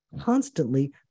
constantly